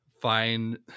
find